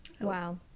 Wow